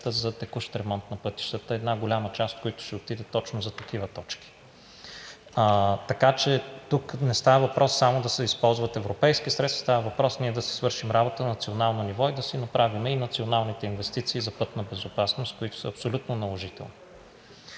за текущ ремонт на пътищата, една голяма част от които ще отидат точно за такива точки. Така че тук не става въпрос само да се използват европейски средства. Става въпрос ние да си свършим работата на национално ниво и да си направим и националните инвестиции за пътна безопасност, които са абсолютно наложителни.